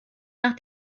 nach